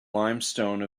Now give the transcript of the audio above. limestone